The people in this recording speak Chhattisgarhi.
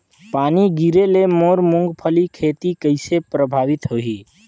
पानी गिरे ले मोर मुंगफली खेती कइसे प्रभावित होही?